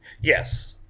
yes